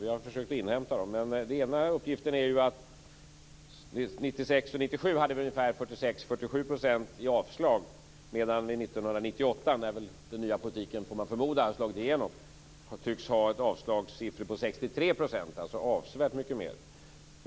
Den ena uppgiften är att vi 1996 och 1997 hade ungefär 46-47 % avslag, medan vi 1998, när den nya politiken förmodligen har slagit igenom, tycks ha avslagssiffror på 63 %, alltså avsevärt mycket mer.